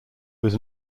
was